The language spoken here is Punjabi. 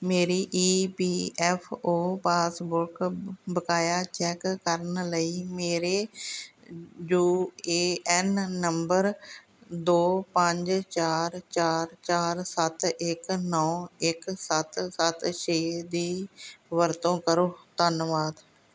ਮੇਰੀ E P F O passbook ਬਕਾਇਆ ਚੈੱਕ ਕਰਨ ਲਈ ਮੇਰੇ ਯੂ ਏ ਐੱਨ ਨੰਬਰ ਦੋ ਪੰਜ ਚਾਰ ਚਾਰ ਚਾਰ ਸੱਤ ਇੱਕ ਨੌਂ ਇੱਕ ਸੱਤ ਸੱਤ ਛੇ ਦੀ ਵਰਤੋਂ ਕਰੋ ਧੰਨਵਾਦ